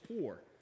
poor